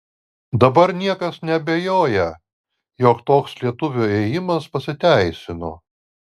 dabar niekas neabejoja jog toks lietuvio ėjimas pasiteisino